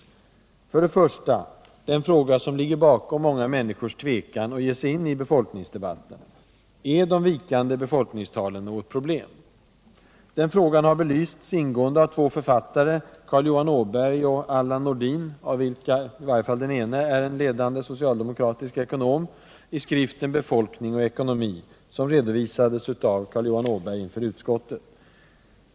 Först den fråga som ligger bakom många människors tvekan att ge sig in i befolkningsdebatten: Är de vikande befolkningstalen något problem? Den frågan har belysts ingående av två författare, Carl Johan Åberg och Allan Nordin, av vilka i varje fall den ene är en ledande socialdemokratisk ekonom, i skriften Befolkning och ekonomi, som redovisades av Carl Johan Åberg inför utskottet.